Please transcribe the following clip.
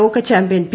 ലോകചാമ്പ്യൻ P